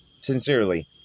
sincerely